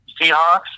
Seahawks